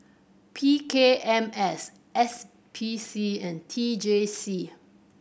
P K M S S P C and T J C